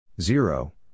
Zero